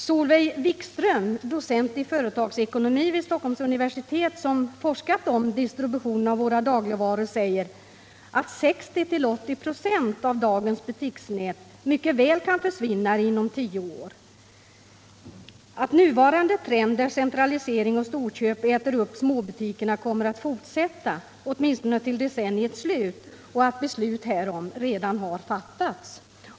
Solveig Wikström, docent i företagsekonomi vid Stockholms universitet, som forskat om distributionen av våra dagligvaror, säger att 60-80 926 av dagens butiksnät mycket väl kan försvinna inom tio år. Nuvarande trend, som innebär att centralisering och storköp äter upp småbutikerna, kommer att fortsätta åtminstone till decenniets slut, och beslut härom har redan fattats.